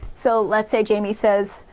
so let's say jamie says,